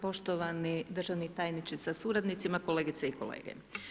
Poštovani državni tajniče s suradnicima, kolegice i kolege.